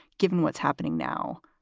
given what's happening now,